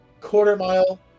quarter-mile